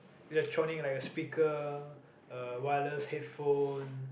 electronic like a speaker a wireless headphone